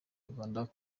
uganda